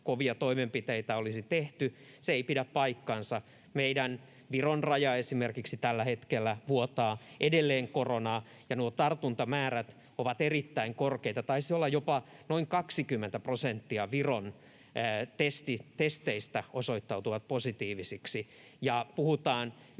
kovia toimenpiteitä olisi tehty. Se ei pidä paikkaansa. Esimerkiksi meidän Viron-raja tällä hetkellä vuotaa edelleen koronaa, ja nuo tartuntamäärät ovat erittäin korkeita. Taisi olla, että jopa noin 20 prosenttia Viron testeistä osoittautuu positiivisiksi, ja puhutaan yli